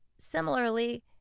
Similarly